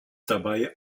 dabei